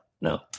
no